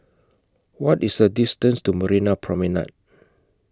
What IS The distance to Marina Promenade